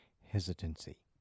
hesitancy